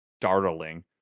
startling